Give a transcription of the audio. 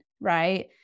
Right